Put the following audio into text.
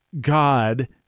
God